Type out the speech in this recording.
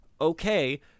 okay